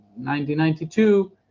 1992